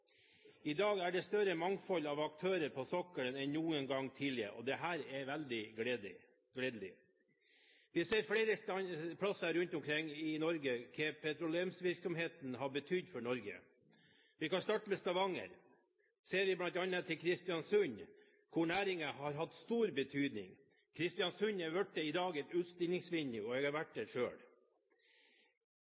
I dag er det større mangfold av aktører på sokkelen enn noen gang tidligere, og dette er veldig gledelig. Vi ser flere plasser rundt om i Norge hva petroleumsvirksomheten har betydd for Norge. Vi kan starte med Stavanger, men vi ser det også i Kristiansund, hvor næringen har hatt stor betydning. Kristiansund har i dag blitt et utstillingsvindu – jeg har vært der